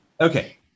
okay